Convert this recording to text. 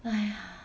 !aiya!